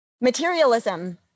materialism